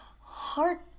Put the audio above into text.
heart